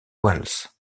wells